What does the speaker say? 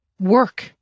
work